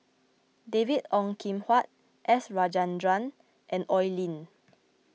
David Ong Kim Huat S Rajendran and Oi Lin